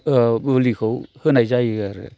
बुलिखौ होनाय जायो आरो